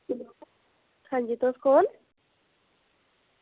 अंजी तुस कु'न